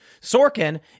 Sorkin